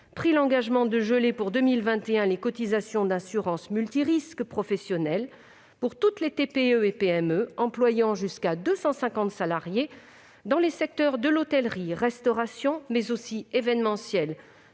Bercy, l'engagement de geler en 2021 les cotisations d'assurance multirisque professionnelle pour toutes les TPE et PME employant jusqu'à 250 salariés dans les secteurs de l'hôtellerie-restauration, de l'événementiel,